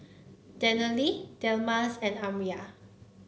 Daniele Delmas and Elmyra